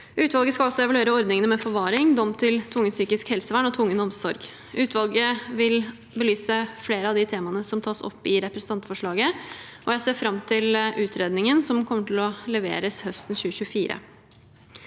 Utvalget skal også evaluere ordningene med forvaring, dom til tvungent psykisk helsevern og tvungen omsorg. Utvalget vil belyse flere av de temaene som tas opp i representantforslaget, og jeg ser fram til utredningen, som kommer til å leveres høsten 2024.